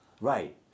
Right